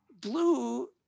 Blue